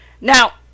now